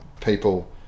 people